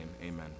Amen